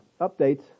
updates